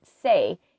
say